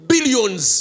Billions